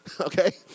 okay